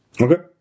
Okay